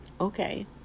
Okay